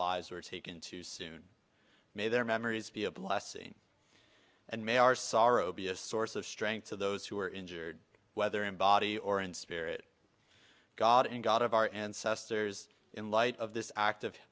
lives were taken too soon may their memories be a blessing and may our sorrow be a source of strength to those who are injured whether in body or in spirit god in god of our ancestors in light of this act